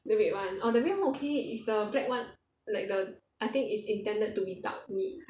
the red [one] orh the red [one] okay is the black [one] like the I think it's intended to be duck meat